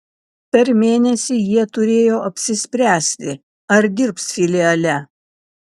per mėnesį jie turėjo apsispręsti ar dirbs filiale